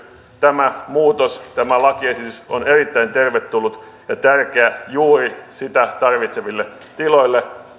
tämä muutos tämä lakiesitys on erittäin tervetullut ja tärkeä juuri sitä tarvitseville tiloille